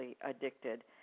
addicted